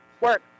Work